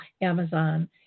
Amazon